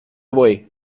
way